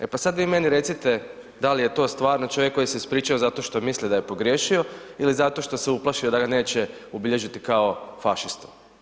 E pa sad vi meni recite da li je to stvarno čovjek koji se ispričao zato što je mislio da je pogriješio ili zato što se uplašio da ga neće ubilježiti kao fašistu?